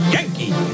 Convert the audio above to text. Yankee